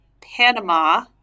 Panama